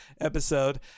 episode